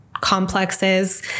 complexes